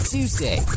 Tuesday